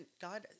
God